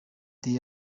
there